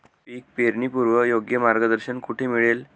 पीक पेरणीपूर्व योग्य मार्गदर्शन कुठे मिळेल?